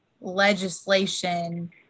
legislation